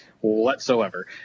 whatsoever